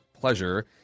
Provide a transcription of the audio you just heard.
pleasure